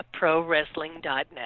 ProWrestling.net